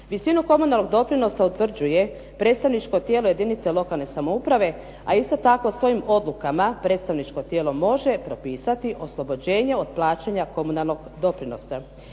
Visinu komunalnog doprinosa utvrđuje predstavničko tijelo jedinica lokalne samouprave a isto tako svojim odlukama, predstavničko tijelo može propisati oslobođenje od plaćanja komunalnog doprinosa.